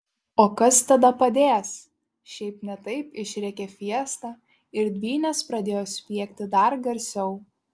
o kas tada padės šiaip ne taip išrėkė fiesta ir dvynės pradėjo spiegti dar garsiau